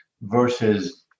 versus